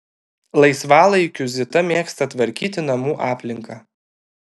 laisvalaikiu zita mėgsta tvarkyti namų aplinką